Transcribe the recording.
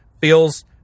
feels